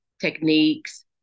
techniques